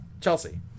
Chelsea